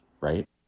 right